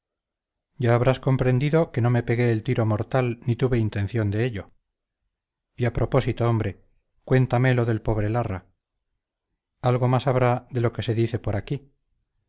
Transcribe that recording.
ya habrás comprendido que no me pegué el tiro mortal ni tuve intención de ello y a propósito hombre cuéntame lo del pobre larra algo más habrá de lo que se dice por aquí